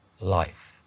life